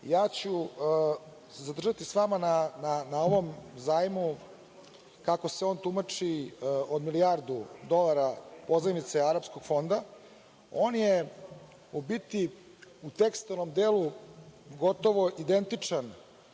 ću se zadržati samo na ovom zajmu, kako se on tumači, od milijardu dolara pozajmice arapskog fonda. On je u biti u tekstualnom delu gotovo identičan